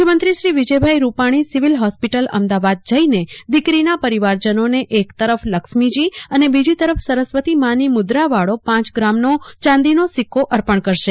મુખ્યમંત્રી Shri Vijaybhai Rupani civil hospital Ahmedabad જઇને દિકરીના પરિવારજનોને એક તરફ લક્ષ્મીજી અને બીજી તરફ સરસ્વતી માની મુદ્રાવાળો પાંચ ગ્રામનો ચાંદીનો સિક્કો અર્પણ કરશે